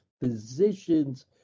positions